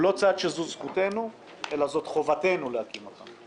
הוא לא צעד שהוא זכותנו אלא חובתנו להקים אותן.